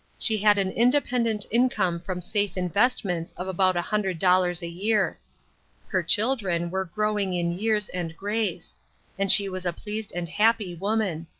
she had an independent income from safe investments of about a hundred dollars a year her children were growing in years and grace and she was a pleased and happy woman.